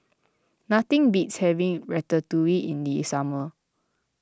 nothing beats having Ratatouille in the summer